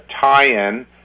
tie-in